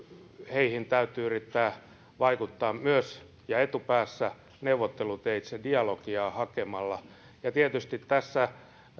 heihin täytyy yrittää vaikuttaa myös ja etupäässä neuvotteluteitse dialogia hakemalla ja tietysti tässä